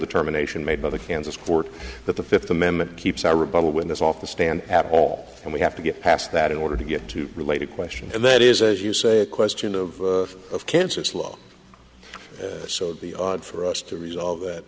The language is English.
determination made by the kansas court that the fifth amendment keeps our rebuttal witness off the stand at all and we have to get past that in order to get to related question and that is as you say a question of cancer slow so the odds for us to resolve